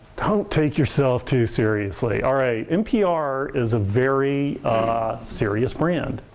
don't take yourself too seriously. alright, npr is a very serious brand.